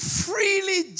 freely